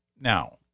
now